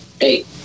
eight